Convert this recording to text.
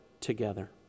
together